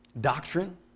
doctrine